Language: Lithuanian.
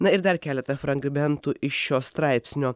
na ir dar keletą fragmentų iš šio straipsnio